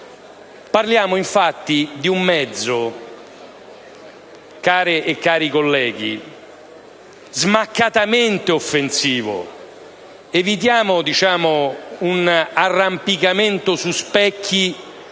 Parliamo infatti di un mezzo, care e cari colleghi, smaccatamente offensivo. Evitiamo di arrampicarci sugli specchi,